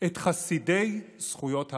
את חסידי זכויות האדם?